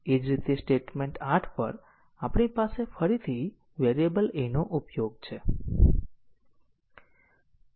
તેથી McCabeનું મેટ્રિક વાસ્તવમાં લીનીયર રીતે ઇનડીપેડેંટ માર્ગોની સંખ્યા સાથે જોડાયેલું છે